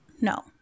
No